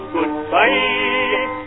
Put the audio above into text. Goodbye